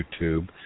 YouTube